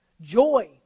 Joy